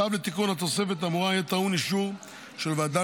צו לתיקון התוספת האמורה יהיה טעון אישור של ועדה